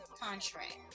contract